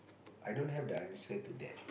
I don't have the answer to that